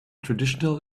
traditional